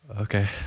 Okay